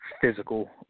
physical